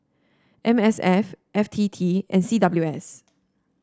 M S F F T T and C W S